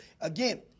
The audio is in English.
Again